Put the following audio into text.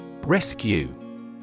Rescue